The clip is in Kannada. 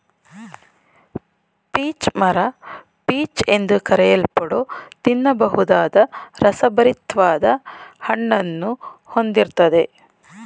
ಪೀಚ್ ಮರ ಪೀಚ್ ಎಂದು ಕರೆಯಲ್ಪಡೋ ತಿನ್ನಬಹುದಾದ ರಸಭರಿತ್ವಾದ ಹಣ್ಣನ್ನು ಹೊಂದಿರ್ತದೆ